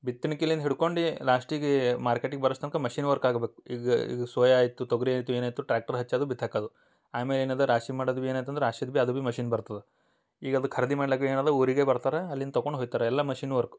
ಬಿತ್ತಣಿಕಿಲಿನ್ ಹಿಡ್ಕೊಂಡು ಲಾಸ್ಟಿಗೆ ಮಾರ್ಕೆಟಿಗೆ ಬರುವಷ್ಟ್ ತನಕ ಮಷಿನ್ ವರ್ಕ್ ಆಗ್ಬೇಕು ಈಗ ಈಗ ಸೋಯಾ ಆಯಿತು ತೊಗರಿ ಆಯಿತು ಏನಾಯಿತು ಟ್ಯಾಕ್ಟ್ರ್ ಹಚ್ಚೋದು ಬಿತ್ತಾಕೋದು ಆಮೇಲೆ ಏನಿದೆ ರಾಶಿ ಮಾಡಿದ್ವಿ ಏನಾಯ್ತು ಅಂದ್ರೆ ರಾಶಿದು ಬಿ ಅದು ಬಿ ಮಷಿನ್ ಬರ್ತದೆ ಈಗ ಅದು ಖರೀದಿ ಮಾಡಕ್ ಏನಿದೆ ಊರಿಗೆ ಬರ್ತಾರೆ ಅಲ್ಲಿಂದ ತೊಗೊಂಡ್ ಹೊಗ್ತಾರ ಎಲ್ಲ ಮಷಿನ್ ವರ್ಕು